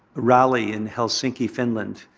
rally in helsinki, finland,